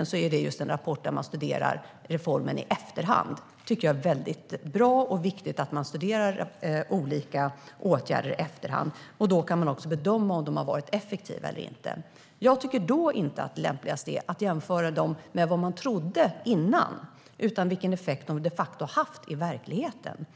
jag talar om studeras reformen just i efterhand. Det är bra och viktigt att man studerar olika åtgärder i efterhand. Då kan man också bedöma om de har varit effektiva eller inte. Det lämpligaste är inte att jämföra dem med vad man trodde innan, utan det handlar om vilken effekt de de facto har haft i verkligheten.